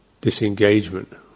disengagement